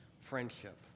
friendship